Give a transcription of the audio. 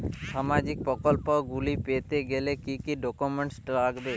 সামাজিক প্রকল্পগুলি পেতে গেলে কি কি ডকুমেন্টস লাগবে?